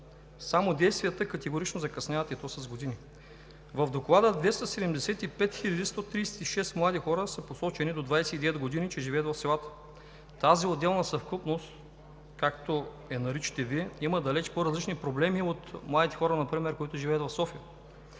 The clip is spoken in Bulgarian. само действията категорично закъсняват, и то с години. В Доклада са посочени 275 хиляди 136 млади хора до 29 години, че живеят в селата. Тази отделна съвкупност, както я наричате Вие, има далеч по-различни проблеми от младите хора например, които живеят в София.